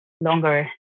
longer